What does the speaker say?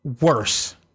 worse